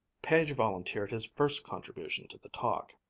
page volunteered his first contribution to the talk.